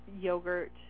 yogurt